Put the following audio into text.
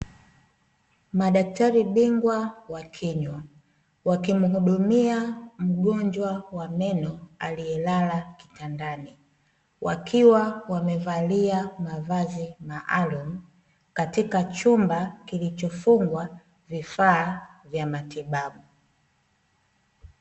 Madaktari bingwa wa kinywa wakimhudumia mgonjwa wa meno aliyelala kitandani, wakiwa wamevalia mavazi maalum katika chumba kilichofungwa vifaa vya matibabu .